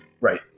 Right